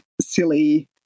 silly